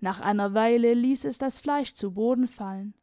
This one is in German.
nach einer weile ließ es das fleisch zu boden fallen